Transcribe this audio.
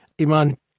Iman